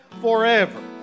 forever